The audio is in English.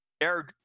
air